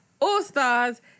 all-stars